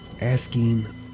Asking